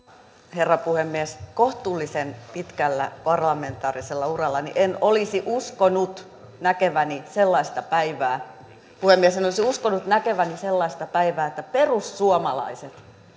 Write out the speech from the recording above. herra puhemies kohtuullisen pitkällä parlamentaarisella urallani en olisi uskonut näkeväni sellaista päivää puhemies en olisi uskonut näkeväni päivää että perussuomalaiset